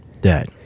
Dad